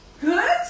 Good